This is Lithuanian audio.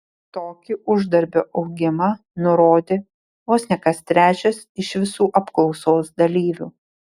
tokį uždarbio augimą nurodė vos ne kas trečias iš visų apklausos dalyvių